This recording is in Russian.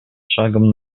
шагом